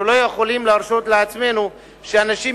אנחנו לא יכולים להרשות לעצמנו שאנשים,